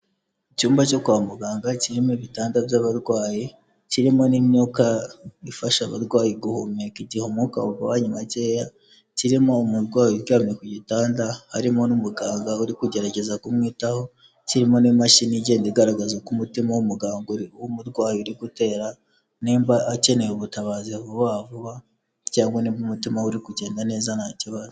Iicyumba cyo kwa muganga kirimo ibitanda by'abarwayi kirimo n'imyuka ifasha abarwayi guhumeka igihe umwuka ubonyeye makeya kirimo umurwayi wiryawe ku gitanda harimo n'umuganga uri kugerageza kumwitaho kirimo n'imashini igenda igaragaza ko umutima w'umu wumurwayi uri gutera nimba akeneye ubutabazi vuba vuba cyangwa nibwo umutima uri kugenda neza ntaki kibazo.